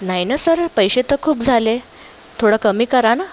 नाही ना सर पैसे तर खूप झाले थोडं कमी करा ना